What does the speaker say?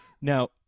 Now